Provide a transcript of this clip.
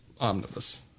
omnibus